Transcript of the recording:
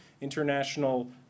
international